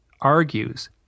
argues